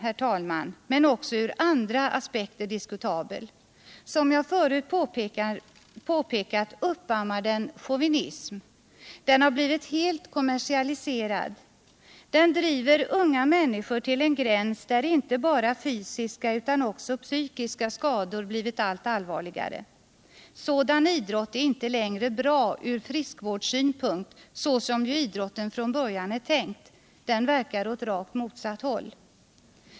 herr talman, men också ur andra aspekter diskutabel: som jag förut påpekat uppammar den chauvinism, den har blivit helt kommersialiserad, den driver unga människor till en gräns, där inte bara fysiska utan också psykiska skador blivit allt allvarligare. Sådan idrott är inte längre bra från frisk vårdssynpunkt, så som ju idrotten från början är tänkt — den verkar åt rakt motsatt håll.